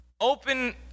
open